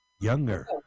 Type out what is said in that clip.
Younger